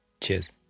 cheers